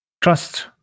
trust